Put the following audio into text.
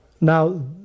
Now